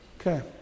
Okay